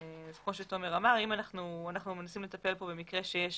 כמו שתומר אמר, אנחנו מנסים לטפל כאן במקרה שיש